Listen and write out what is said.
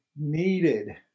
needed